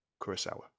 Kurosawa